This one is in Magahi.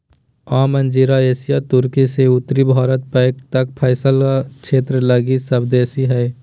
आम अंजीर एशियाई तुर्की से उत्तरी भारत तक फैलल क्षेत्र लगी स्वदेशी हइ